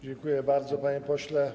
Dziękuję bardzo, panie pośle.